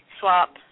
swap